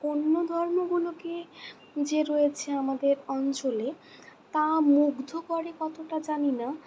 অন্য ধর্মগুলোকে যে আমাদের রয়েছে অঞ্চলে তা মুগ্ধ করে কতটা জানি না